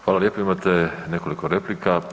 Hvala lijepo, imate nekoliko replika.